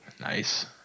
Nice